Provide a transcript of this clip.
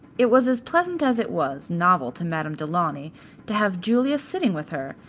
it was as pleasant as it was novel to madame du launy to have julia sitting with her,